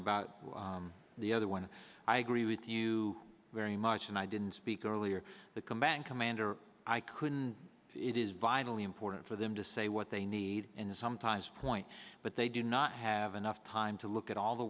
about the other one i agree with you very much and i didn't speak earlier the combatant commander i couldn't it is vitally important for them to say what they need and sometimes point but they do not have enough time to look at all the